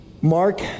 Mark